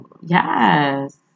yes